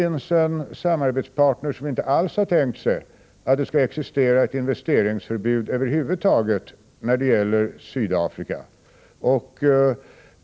Det är en samarbetspartner som inte har tänkt sig att det skall existera ett investeringsförbud över huvud taget när det gäller Sydafrika.